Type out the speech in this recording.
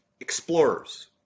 Explorers